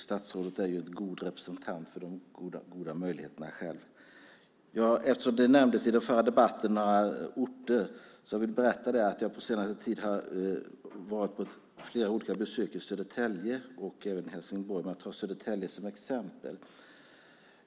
Statsrådet är själv en god representant för dessa möjligheter. Eftersom det i den förra debatten nämndes några orter vill jag berätta att jag under den senaste tiden varit på flera besök i Södertälje och även i Helsingborg. Låt mig här ta Södertälje som exempel.